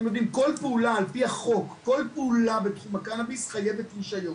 אתם שכל פעולה על פי החוק בתחום הקנאביס חייבת רישיון,